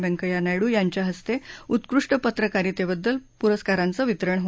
व्यंकय्या नायडू यांच्या हस्ते उत्कृष्ट पत्रकारितेबद्दल पुरस्कारांचं वितरण होणार आहे